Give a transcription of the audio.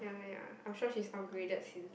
ya ya I'm sure she's upgraded since